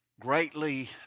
greatly